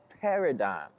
paradigm